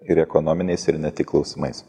ir ekonominiais ir ne tik klausimais